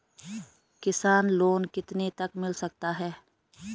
किसान लोंन कितने तक मिल सकता है?